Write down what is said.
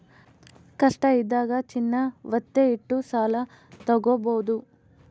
ಕಷ್ಟ ಇದ್ದಾಗ ಚಿನ್ನ ವತ್ತೆ ಇಟ್ಟು ಸಾಲ ತಾಗೊಬೋದು